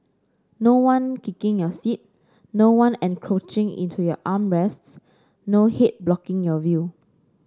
no one kicking your seat no one encroaching into your arm rests no head blocking your view